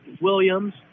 Williams